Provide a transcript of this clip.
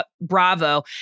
Bravo